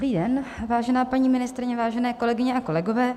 Dobrý den, vážená paní ministryně, vážené kolegyně a kolegové.